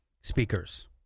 speakers